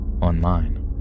online